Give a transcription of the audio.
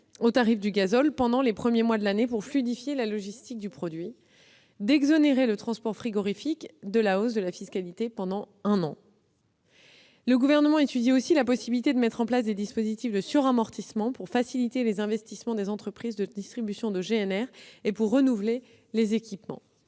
au tarif du gazole pendant les premiers mois de l'année pour fluidifier la logistique du produit, d'exonérer le secteur du transport frigorifique de la hausse de fiscalité pendant un an. Le Gouvernement étudie également la possibilité de mettre en place des dispositifs de suramortissement pour faciliter les investissements des entreprises de distribution de GNR et le renouvellement des équipements.